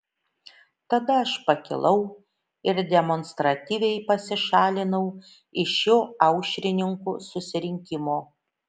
tada aš pakilau ir demonstratyviai pasišalinau iš šio aušrininkų susirinkimo